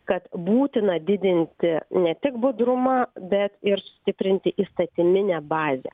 kad būtina didinti ne tik budrumą bet ir stiprinti įstatyminę bazę